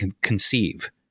conceive